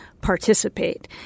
Participate